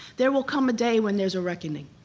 there will come a day when there's a reckoning.